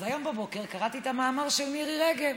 אז היום בבוקר קראתי את המאמר של מירי רגב.